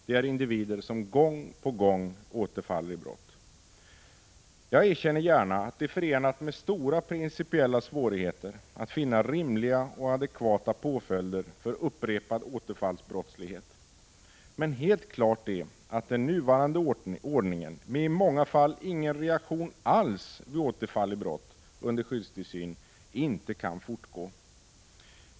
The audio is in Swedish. Det är fråga om individer som gång på gång återfaller i brott. Jag erkänner gärna att det är förenat med stora principiella svårigheter att finna rimliga och adekvata påföljder för upprepad återfallsbrottslighet. Men helt klart är att den nuvarande ordningen, med i många fall ingen reaktion alls vid återfall i brott under skyddstillsyn, inte kan fortgå.